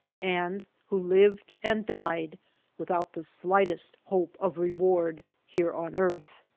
and who lived and died without the slightest hope of reward here on earth?